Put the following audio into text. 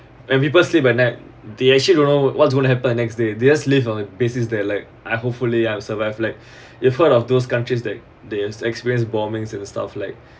and people sleep at night they actually don't know what's gonna happen next day they just live on the basis that like I hopefully I'll survive like if one of those countries that there's experience bombings and stuff like